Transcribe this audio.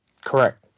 Correct